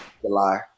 july